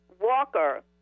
walker